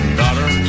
daughter